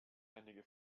einige